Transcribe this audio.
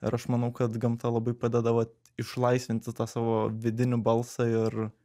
ir aš manau kad gamta labai padeda vat išlaisvinti tą savo vidinį balsą ir